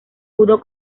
pudo